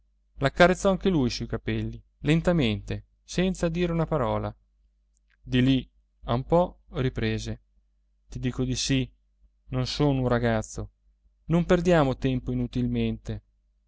l'accarezzò anche lui sui capelli lentamente senza dire una parola di lì a un po riprese ti dico di sì non sono un ragazzo non perdiamo tempo inutilmente